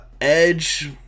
Edge